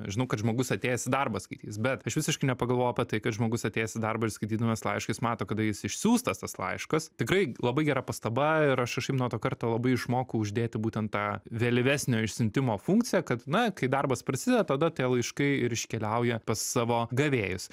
žinau kad žmogus atėjęs į darbą skaitys bet aš visiškai nepagalvojau apie tai kad žmogus atėjęs į darbą ir skaitydamas laišką jis mato kada jis išsiųstas laiškas tikrai labai gera pastaba ir aš kažkaip nuo to karto labai išmokau uždėti būtent tą vėlyvesnio išsiuntimo funkciją kad na kai darbas prasideda tada tie laiškai ir iškeliauja pas savo gavėjus